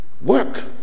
work